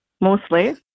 mostly